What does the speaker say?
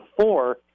four